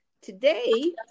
Today